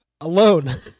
alone